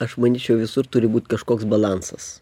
aš manyčiau visur turi būt kažkoks balansas